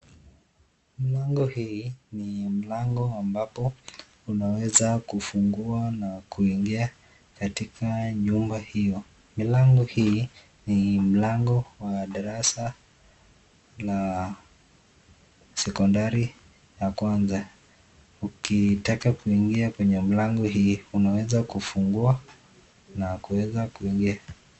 Mlango hii ni mlango ambapo unaweza kufungua na kuingia katika nyumba hiyo, mlango hii ni mlango wa darasa la sekondari ya kwanza, ukitaka kuingia kwenye mlango hii unaweza kufungua na kuweza kuingia.